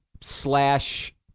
slash